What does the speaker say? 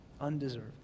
undeserved